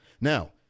Now